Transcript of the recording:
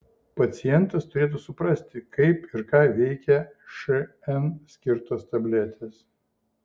pacientas turėtų suprasti kaip ir ką veikia šn skirtos tabletės